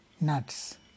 nuts